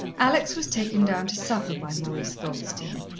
alex was taken down to supper by maurice goldstein.